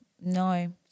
No